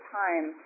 time